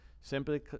simply